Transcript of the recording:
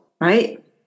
right